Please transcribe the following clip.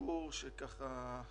הבא,